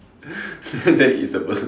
she said that is the person